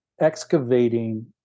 excavating